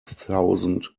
thousand